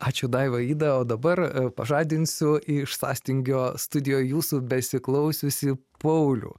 ačiū daiva ida o dabar pažadinsiu iš sąstingio studijoj jūsų besiklausiusį paulių